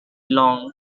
long